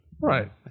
right